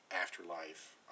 afterlife